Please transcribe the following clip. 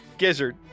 gizzard